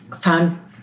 found